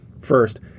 First